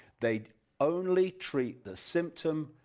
they only treat the symptom,